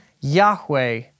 Yahweh